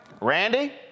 Randy